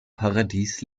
paradies